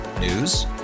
News